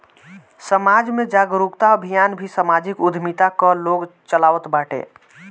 समाज में जागरूकता अभियान भी समाजिक उद्यमिता कअ लोग चलावत बाटे